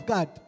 God